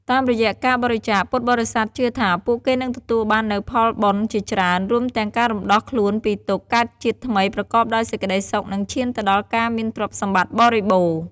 តាមរយៈការបរិច្ចាគ ពុទ្ធបរិស័ទជឿថាពួកគេនឹងទទួលបាននូវផលបុណ្យជាច្រើន រួមទាំងការរំដោះខ្លួនពីទុក្ខ កើតជាតិថ្មីប្រកបដោយសេចក្តីសុខ និងឈានទៅដល់ការមានទ្រព្យសម្បត្តិបរិបូណ៌។